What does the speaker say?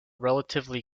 relatively